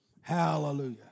Hallelujah